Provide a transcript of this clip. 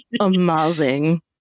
amazing